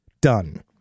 done